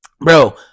Bro